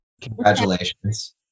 Congratulations